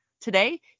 Today